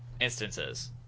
instances